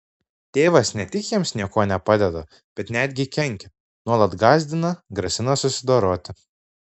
tėvas ne tik jiems niekuo nepadeda bet netgi kenkia nuolat gąsdina grasina susidoroti